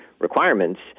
Requirements